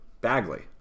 Bagley